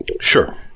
Sure